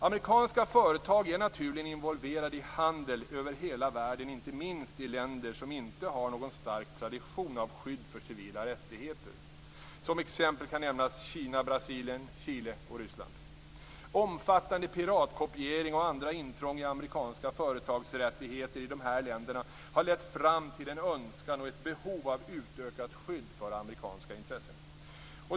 Amerikanska företag är naturligen involverade i handel över hela världen, inte minst i länder som inte har någon stark tradition av skydd för civila rättigheter. Som exempel kan nämnas Kina, Brasilien, Chile och Ryssland. Omfattande piratkopiering och andra intrång i amerikanska företagsrättigheter i dessa länder har lett fram till en önskan och ett behov av utökat skydd för amerikanska intressen.